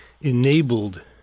enabled